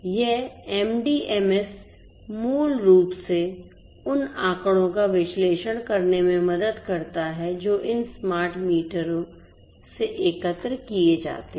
यह एमडीएमएस मूल रूप से उन आंकड़ों का विश्लेषण करने में मदद करता है जो इन स्मार्ट मीटरों से एकत्र किए जाते हैं